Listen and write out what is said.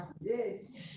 Yes